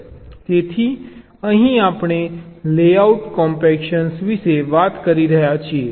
તેથી અહીં આપણે લેઆઉટ કોમ્પેક્શન વિશે વાત કરી રહ્યા છીએ